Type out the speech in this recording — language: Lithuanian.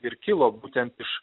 ir kilo būtent iš